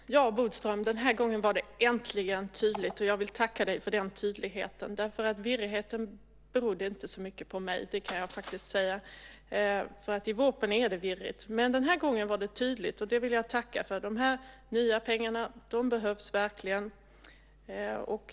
Fru talman! Ja, Bodström, den här gången var det äntligen tydligt, och jag vill tacka dig för den tydligheten. Virrigheten berodde inte så mycket på mig, kan jag säga, för i VÅP:en är det virrigt. Men den här gången var det tydligt, och det vill jag tacka för. De här nya pengarna behövs verkligen.